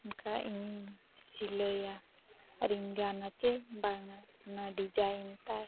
ᱚᱱᱠᱟ ᱤᱧᱤᱧ ᱥᱤᱞᱟᱭᱟ ᱟᱨᱤᱧ ᱜᱟᱱᱟ ᱪᱮᱫ ᱵᱟᱝᱟ ᱚᱱᱟ ᱛᱟᱭ